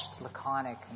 laconic